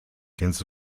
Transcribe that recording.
kennst